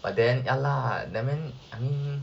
but then ya lah that mean I mean